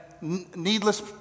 needless